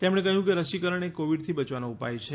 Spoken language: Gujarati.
તેમણે કહ્યું કે રસીકરણ એ કોવીડથી બચવાનો ઉપાય છે